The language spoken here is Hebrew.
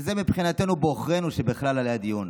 וזה מבחינתנו בעוכרינו שזה בכלל עלה לדיון.